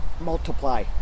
multiply